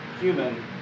human